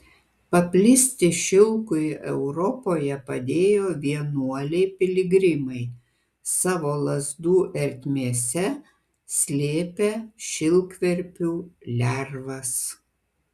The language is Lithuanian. paplisti šilkui europoje padėjo vienuoliai piligrimai savo lazdų ertmėse slėpę šilkverpių lervas